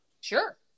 Sure